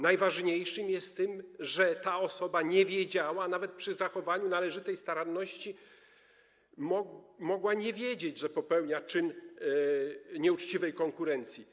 Najważniejsze jest to, że ta osoba nie wiedziała, nawet przy zachowaniu należytej staranności mogła nie wiedzieć, że popełnia czyn nieuczciwej konkurencji.